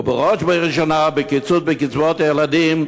ובראש ובראשונה בקיצוץ בקצבאות הילדים,